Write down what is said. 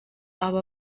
aba